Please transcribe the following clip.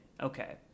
Okay